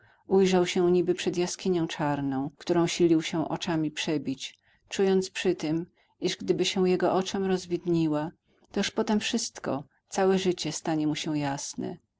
ujrzał się niby przed jaskinią czarną którą silił się oczyma przebić czując przy tym iż gdyby się jego oczom rozwidniła to już potem wszystko całe życie stanie mu się jasne